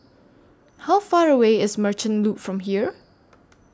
How Far away IS Merchant Loop from here